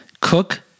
cook